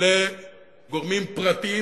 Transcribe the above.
לגורמים פרטיים,